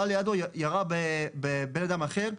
אבל לידו ירה בבן אדם אחר,